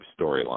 storyline